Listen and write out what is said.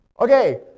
okay